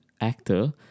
actor